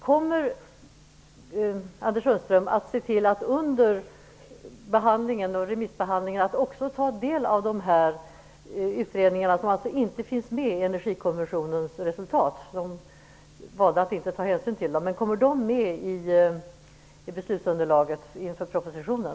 Kommer Anders Sundström att under behandlingen och remissbehandlingen också ta del av dessa utredningar, som alltså inte finns med i Energikommissionens resultat? Man valde att inte ta hänsyn till dem, men kommer de med i beslutsunderlaget inför propositionen?